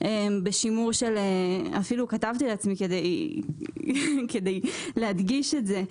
בשימור אפילו כתבתי לעצמי כדי להדגיש את זה: